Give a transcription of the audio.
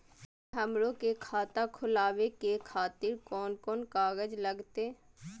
Sir हमरो के खाता खोलावे के खातिर कोन कोन कागज लागते?